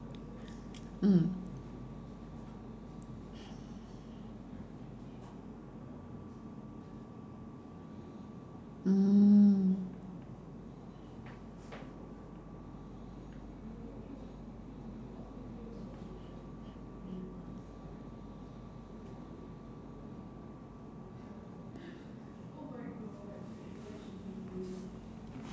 mm mm